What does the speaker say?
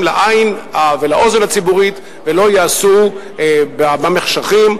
לעין ולאוזן הציבורית ולא ייעשו במחשכים,